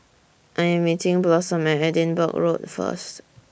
I Am meeting Blossom At Edinburgh Road First